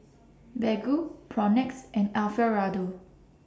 Baggu Propnex and Alfio Raldo